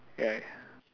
yeah